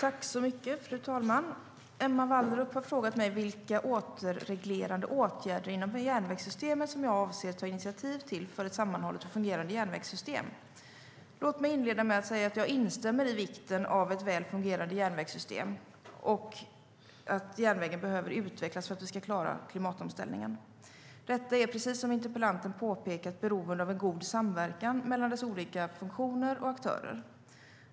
Fru talman! Emma Wallrup har frågat mig vilka återreglerande åtgärder inom järnvägssystemet som jag avser att ta initiativ till för ett sammanhållet och fungerande järnvägssystem. Låt mig inleda med att säga att jag instämmer i vikten av ett väl fungerande järnvägssystem och att järnvägen behöver utvecklas för att vi ska klara klimatomställningen. Detta är, precis som interpellanten påpekat, beroende av en god samverkan mellan dess olika funktioner och aktörer.